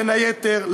בין היתר,